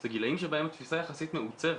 זה גילאים שבהם התפיסה יחסית מעוצבת.